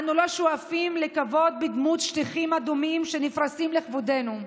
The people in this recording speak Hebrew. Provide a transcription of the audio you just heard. אנו לא שואפים לכבוד בדמות שטיחים אדומים שנפרסים לכבודנו.